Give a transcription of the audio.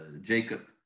Jacob